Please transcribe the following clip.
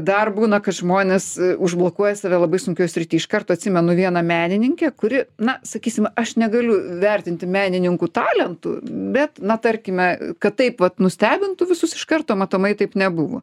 dar būna kad žmonės užblokuoja save labai sunkioj srity iš karto atsimenu vieną menininkę kuri na sakysim aš negaliu vertinti menininkų talentų bet na tarkime kad taip vat nustebintų visus iš karto matomai taip nebuvo